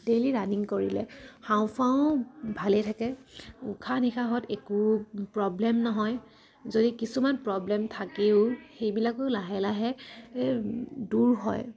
daily running কৰিলে হাওঁ ফাওঁ ভালেই থাকে উশাহ নিশাহত একো প্ৰব্লেম নহয় যদি কিছুমান প্ৰব্লেম থাকেও সেইবিলাকো লাহে লাহে দূৰ হয়